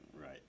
Right